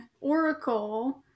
Oracle